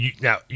Now